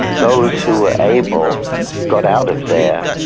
those who were able got out of there,